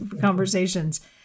conversations